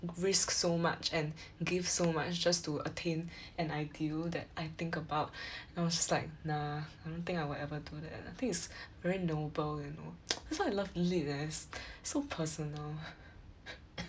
risk so much and give so much just to attain an ideal that I think about I was just like nah I don't think lah I will ever do that I think it's very noble you know that's why we love lit as so personal